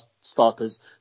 starters